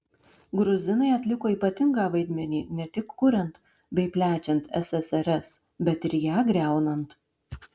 gruzinai atliko ypatingą vaidmenį ne tik kuriant bei plečiant ssrs bet ir ją griaunant